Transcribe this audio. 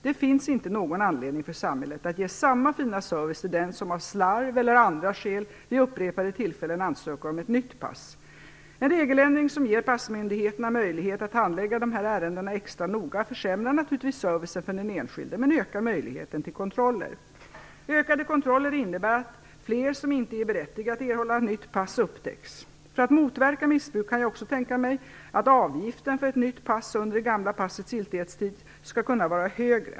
Det finns inte någon anledning för samhället att ge samma fina service till den som av slarv eller av andra skäl vid upprepade tillfällen ansöker om nytt pass. En regeländring som ger passmyndigheterna möjlighet att handlägga dessa ärenden extra noga försämrar naturligtvis servicen för den enskilde men ökar möjligheten till kontroller. Ökade kontroller innebär att fler som inte är berättigade att erhålla nytt pass upptäcks. För att motverka missbruk kan jag också tänka mig att avgiften för ett nytt pass under det gamla passets giltighetstid skall kunna vara högre.